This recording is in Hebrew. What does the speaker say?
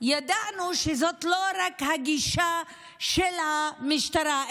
ידענו שזו לא רק הגישה של המשטרה,